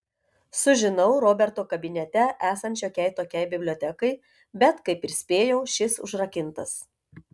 sužinau roberto kabinete esant šiokiai tokiai bibliotekai bet kaip ir spėjau šis užrakintas